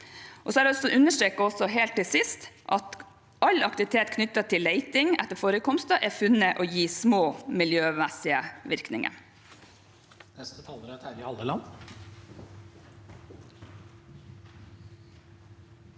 jeg lyst til å understreke at all aktivitet knyttet til leting etter forekomster er funnet å gi små miljømessige virkninger.